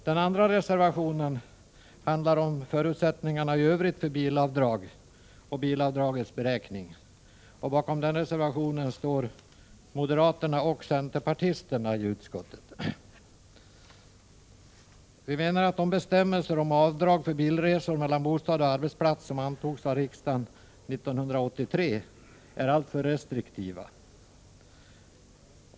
Den andra reservationen handlar om förutsättningarna i övrigt för bilavdrag och bilavdragets beräkning. Bakom den reservationen står moderaterna och centerpartisterna i utskottet. Vi menar att de bestämmelser om avdrag för bilresor mellan bostad och arbetsplats som antogs av riksdagen 1983 är alltför restriktiva.